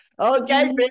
Okay